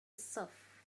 الصف